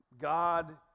God